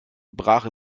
brach